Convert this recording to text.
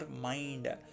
mind